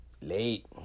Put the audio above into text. Late